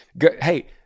Hey